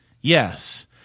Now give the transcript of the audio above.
yes